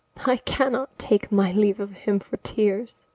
i cannot take my leave of him for tears.